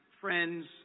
friends